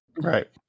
Right